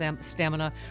stamina